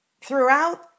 throughout